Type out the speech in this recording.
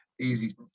easy